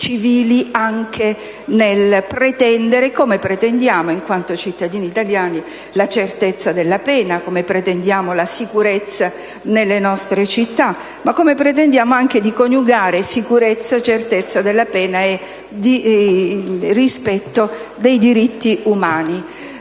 anche nel pretendere - come pretendiamo in quanto cittadini italiani - la certezza della pena, così come pretendiamo la sicurezza nelle nostre città, nonché che siano coniugati sicurezza, certezza della pena e rispetto dei diritti umani.